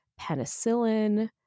penicillin